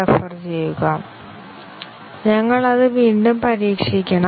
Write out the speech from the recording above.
ഞങ്ങൾ അത് വീണ്ടും പരീക്ഷിക്കണം